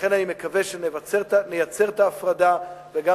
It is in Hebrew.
ולכן אני מקווה שנייצר את ההפרדה וגם